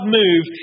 move